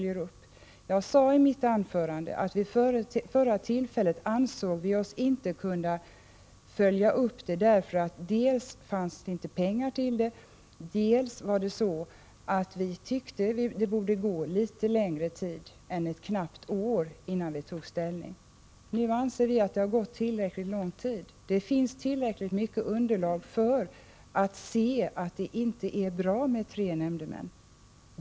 Jag sade i mitt anförande att vi vid förra tillfället inte ansåg oss kunna följa upp detta, dels därför att det inte fanns pengar, dels därför att vi tyckte det borde gå litet längre tid än ett knappt år innan vi tog ställning. Nu anser vi att det gått tillräckligt lång tid och finns tillräckligt mycket underlag för att se att det inte är bra med tre nämndemän.